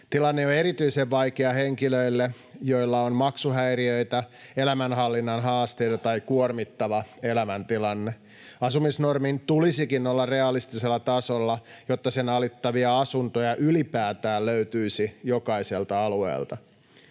Tilanne on erityisen vaikea henkilöille, joilla on maksuhäiriöitä, elämänhallinnan haasteita tai kuormittava elämäntilanne. Asumisnormin tulisikin olla realistisella tasolla, jotta sen alittavia asuntoja ylipäätään löytyisi jokaiselta alueelta.